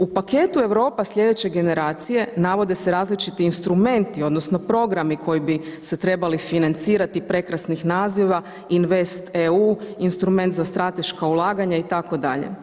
U paketu Europa sljedeće generacije navode se različiti instrumenti odnosno programi koji bi se trebali financirati prekrasnih naziva Invest EU, Instrument za strateška ulaganja itd.